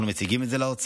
אנחנו מציגים את זה לאוצר,